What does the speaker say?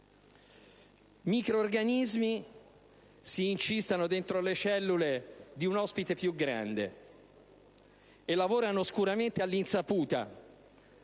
microrganismi si incistano dentro le cellule di un ospite più grande e lavorano oscuramente a sua insaputa,